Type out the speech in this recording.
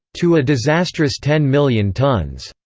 to a disastrous ten million tons,